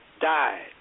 died